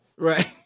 Right